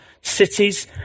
cities